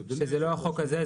שזה לא החוק הזה,